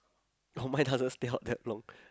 oh my doesn't stay out that long